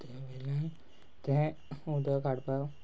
ते ते उदक काडपाक